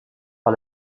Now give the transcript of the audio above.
par